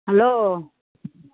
hello